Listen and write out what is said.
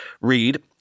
Read